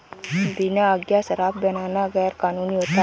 बिना आज्ञा के शराब बनाना गैर कानूनी होता है